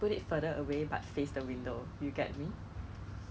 but then 我的 cheese right for for the cake